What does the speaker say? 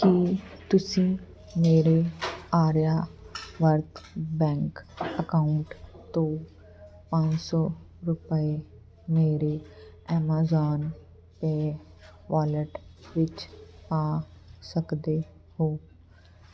ਕੀ ਤੁਸੀਂ ਮੇਰੇ Aryavart bank account ਤੋਂ ਪੰਜ ਸੌ ਰੁਪਏ ਮੇਰੇ ਐਮਾਜ਼ਾਨ ਪੈ ਵਾਲਿਟ ਵਿੱਚ ਪਾ ਸਕਦੇ ਹੋ